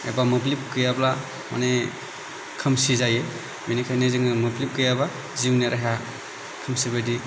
एबा मोब्लिब गैयाब्ला माने खोमसि जायो बेनिखायनो जोङो मोब्लिब गैयाब्ला जिउनि राहाया खोमसि बायदि